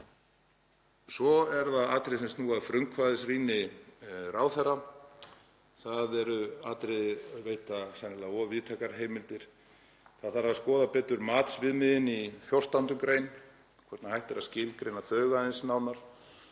átt. Svo eru það atriði sem snúa að frumkvæðisrýni ráðherra. Það eru atriði sem veita sennilega of víðtækar heimildir. Það þarf að skoða betur matsviðmiðin í 14. gr., hvort hægt er að skilgreina þau aðeins nánar.